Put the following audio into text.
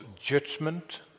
judgment